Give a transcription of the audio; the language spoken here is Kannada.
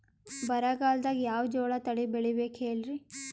ಬರಗಾಲದಾಗ್ ಯಾವ ಜೋಳ ತಳಿ ಬೆಳಿಬೇಕ ಹೇಳ್ರಿ?